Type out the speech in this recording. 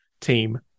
team